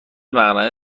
مقنعه